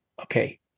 okay